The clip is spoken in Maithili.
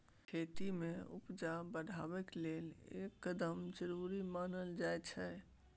खेती में उपजा बढ़ाबइ लेल ई कदम जरूरी मानल जाइ छै